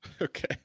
Okay